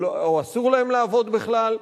או אסור להם לעבוד בכלל,